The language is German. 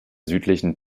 südlichen